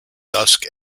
dusk